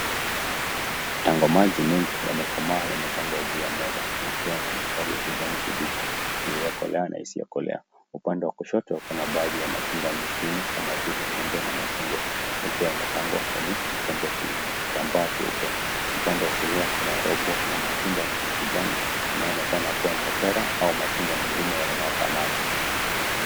Tango maji mengi yamekomaa yamepangwa juu ya meza yakiwa na mistari ya kijani kibichi iliyokolea na isiyokolea. Upande wa kushoto kuna baadhi ya matunda mengine kama vile embe na machungwa yakiwa yamepangwa kwenye chombo chenye kitambaa cheupe. Upande wa kulia kuna robo la matunda ya kijani yanayoonekana kuwa ni mapera au matunda mengine yanayofanana.